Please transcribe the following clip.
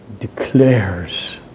declares